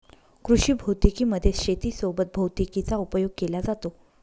कृषी भौतिकी मध्ये शेती सोबत भैतिकीचा उपयोग केला जातो